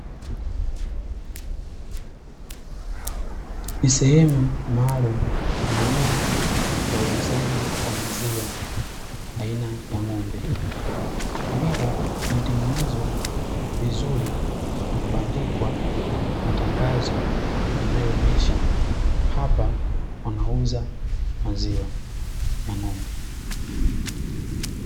Ni sehemu maalumu kwa ajili ya uuzaji wa maziwa aina ya ng'ombe, ambapo pametengenezwa vizuri na kubandikwa matangazo yanayoonyesha hapa wanauza maziwa ya ng'ombe.